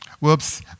Whoops